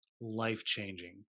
life-changing